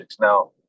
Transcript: Now